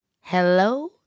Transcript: Hello